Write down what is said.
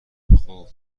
خوب